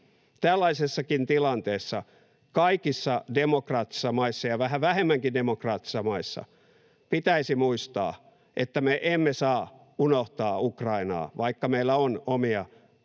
Tällaisessakin tilanteessa kaikissa demokraattisissa maissa, ja vähän vähemmänkin demokraattisissa maissa, pitäisi muistaa, että me emme saa unohtaa Ukrainaa, vaikka meillä on omia, hyvin